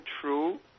true